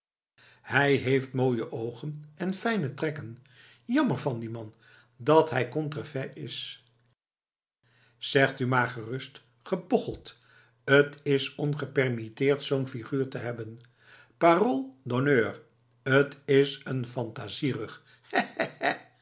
hij heeft mooie oogen en fijne trekken jammer van dien man dat hij contrefait is zegt u maar gerust gebocheld t is ongepermitteerd zoo'n figuur te hebben parole d'honneur t is een phantasierug